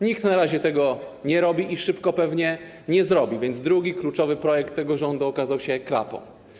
Nikt na razie tego nie robi i pewnie szybko nie zrobi, więc drugi kluczowy projekt tego rządu okazał się klapą.